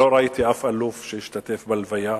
חרה לי שלא ראיתי אף אלוף משתתף בלוויה.